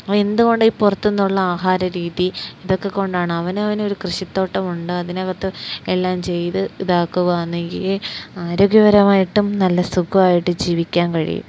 ഇപ്പോള് എന്തുകൊണ്ടാണ് ഈ പുറത്തുനിന്നുള്ള ആഹാരരീതി ഇതൊക്കെ കൊണ്ടാണ് അവനവനൊരു കൃഷിത്തോട്ടമുണ്ട് അതിനകത്ത് എല്ലാം ചെയ്ത് ഇതാക്കുകയാണെങ്കില് ആരോഗ്യപരമായിട്ടും നല്ല സുഖമായിട്ട് ജീവിക്കാൻ കഴിയും